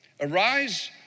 Arise